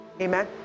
Amen